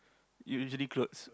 usually clothes